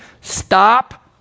stop